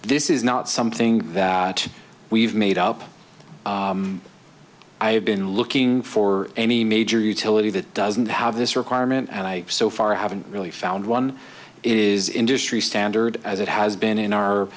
this is not something that we've made up i have been looking for any major utility that doesn't have this requirement and i so far haven't really found one it is industry standard as it has been in our